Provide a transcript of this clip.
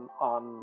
on